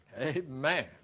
Amen